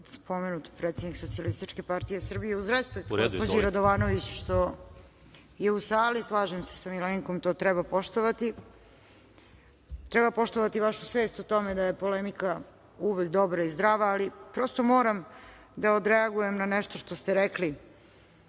spomenut predsednik SPS, uz respekt gospođi Radovanović što je u sali. Slažem se sa Milenkom, to treba poštovati. Treba poštovati i vašu svest o tome da je polemika uvek dobra i zdrava, ali prosto moram da odreagujem na nešto što ste rekli,